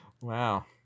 wow